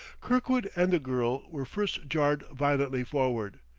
kirkwood and the girl were first jarred violently forward,